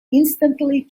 instantly